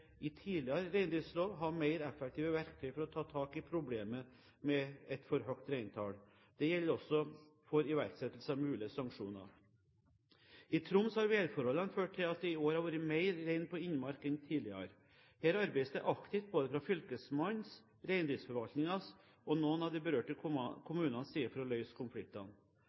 i tidligere reindriftslov, ha mer effektive verktøy for å ta tak i problemet med et for høyt reintall. Det gjelder også for iverksettelse av mulige sanksjoner. I Troms har værforholdene ført til at det i år har vært mer rein på innmark enn tidligere. Her arbeides det aktivt både fra fylkesmannens, reindriftsforvaltningens og noen av de berørte kommunenes side for å løse konfliktene.